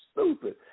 stupid